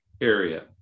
area